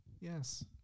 Yes